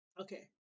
Okay